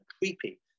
creepy